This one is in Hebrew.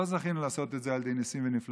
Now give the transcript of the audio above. לא זכינו לעשות את זה על ידי ניסים ונפלאות,